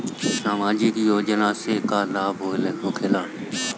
समाजिक योजना से का लाभ होखेला?